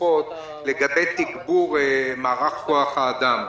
והקופות לגבי תגבור מערך כוח האדם.